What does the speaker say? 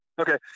Okay